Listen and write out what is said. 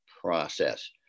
process